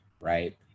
right